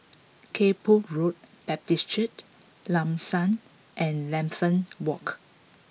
Kay Poh Road Baptist Church Lam San and Lambeth Walk